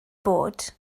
bod